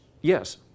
Yes